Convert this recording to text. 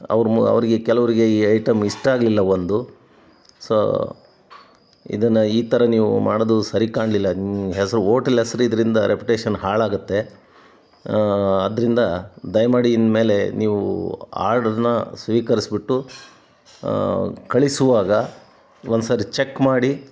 ಅವರು ಅವರಿಗೆ ಕೆಲವರಿಗೆ ಈ ಐಟಮ್ ಇಷ್ಟ ಆಗಲಿಲ್ಲ ಒಂದು ಸೊ ಇದನ್ನು ಈ ಥರ ನೀವು ಮಾಡೋದು ಸರಿ ಕಾಣಲಿಲ್ಲ ನಿಮ್ಮ ಹೆಸ್ರು ಹೋಟೆಲ್ ಹೆಸರು ಇದರಿಂದ ರೆಪ್ಯೂಟೇಷನ್ ಹಾಳಾಗುತ್ತೆ ಆದ್ದರಿಂದ ದಯಮಾಡಿ ಇನ್ಮೇಲೆ ನೀವು ಆರ್ಡರ್ನ ಸ್ವೀಕರಿಸಿಬಿಟ್ಟು ಕಳಿಸುವಾಗ ಒಂದ್ಸಾರಿ ಚೆಕ್ ಮಾಡಿ